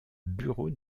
bureaux